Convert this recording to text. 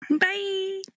Bye